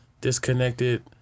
disconnected